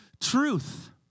truth